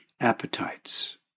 appetites